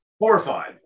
horrified